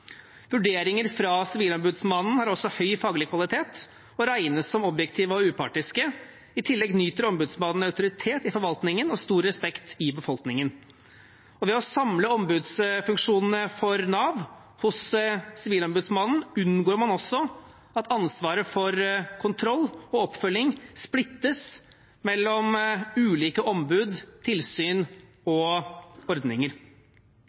Vurderinger fra Sivilombudsmannen har også høy faglig kvalitet og regnes som objektive og upartiske. I tillegg nyter ombudsmannen autoritet i forvaltningen og stor respekt i befolkningen. Ved å samle ombudsfunksjonene for Nav hos Sivilombudsmannen unngår man også at ansvaret for kontroll og oppfølging splittes mellom ulike ombud, tilsyn og ordninger.